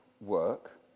work